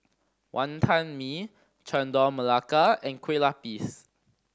Wantan Mee Chendol Melaka and kue lupis